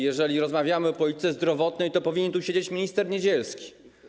Jeżeli rozmawiamy o polityce zdrowotnej, to powinien tu siedzieć minister Niedzielski.